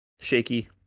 Shaky